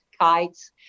kites